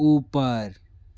ऊपर